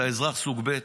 אתה אזרח סוג ב',